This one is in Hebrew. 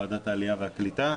ועדת העלייה והקליטה,